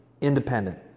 independent